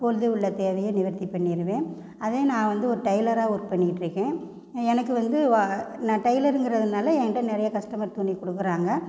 அப்பொழுது உள்ள தேவையை நிவர்த்தி பண்ணிருவேன் அதே நான் வந்து ஒரு டைலராக ஒர்க் பண்ணிட்டுருக்கேன் எனக்கு வந்து வா நான் டைலருங்குறதுனால ஏன்கிட்ட நிறைய கஸ்டமர் துணி கொடுக்குறாங்க